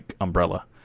umbrella